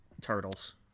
turtles